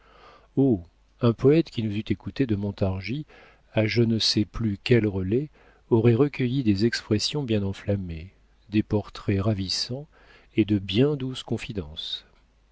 un poète qui nous eût écoutés de montargis à je ne sais plus quel relais aurait recueilli des expressions bien enflammées des portraits ravissants et de bien douces confidences